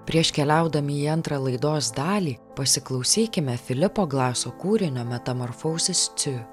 prieš keliaudami į antrą laidos dalį pasiklausykime filipo glaso kūrinio metamorphoses two